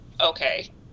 okay